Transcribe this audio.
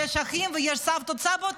ויש אחים,